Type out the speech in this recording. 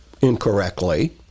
incorrectly